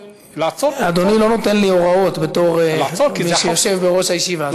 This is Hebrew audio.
אדוני לא נותן לי הוראות בתור זה שיושב בראש הישיבה.